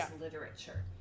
literature